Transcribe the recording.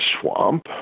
swamp